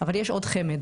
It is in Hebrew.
אבל יש עוד חמ"ד,